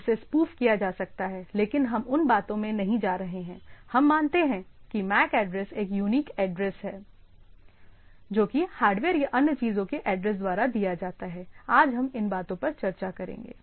जिसे स्पूफ किया जा सकता है लेकिन हम उन बातों में नहीं जा रहे हैं हम मानते हैं कि मैक एड्रेस एक यूनिक एड्रेस है जो कि हार्डवेयर या अन्य चीजों के ऐड्रेस द्वारा दिया जाता है आज हम इन बातों पर चर्चा करेंगे